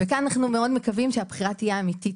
פה אנו מאוד מקווים שפה היא תהיה אמיתית.